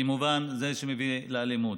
כמובן זה מה שמביא לאלימות.